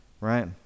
right